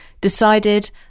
decided